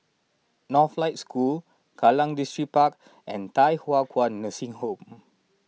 Northlight School Kallang Distripark and Thye Hua Kwan Nursing Home